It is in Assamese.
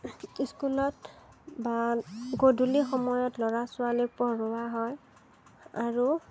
স্কুলত বা গধূলি সময়ত ল'ৰা ছোৱালী পঢ়োৱা হয় আৰু